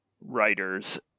writers